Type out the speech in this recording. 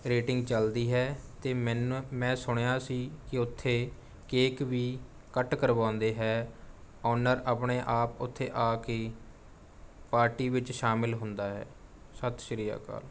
rating ਚੱਲਦੀ ਹੈ ਅਤੇ ਮੈਨੂ ਮੈਂ ਸੁਣਿਆ ਸੀ ਕਿ ਉੱਥੇ ਕੇਕ ਵੀ ਕੱਟ ਕਰਵਾਉਂਦੇ ਹੈ ਔਨਰ ਆਪਣੇ ਆਪ ਉੱਥੇ ਆ ਕੇ ਪਾਰਟੀ ਵਿੱਚ ਸ਼ਾਮਿਲ ਹੁੰਦਾ ਹੈ ਸਤਿ ਸ਼੍ਰੀ ਅਕਾਲ